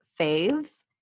faves